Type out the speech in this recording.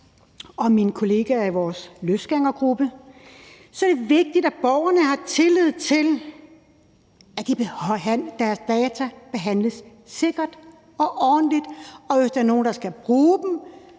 for mine kollegaer i vores løsgængergruppe er vigtigt, at borgerne har tillid til, at deres data behandles sikkert og ordentligt, og at der, hvis der er nogen, der skal bruge dem,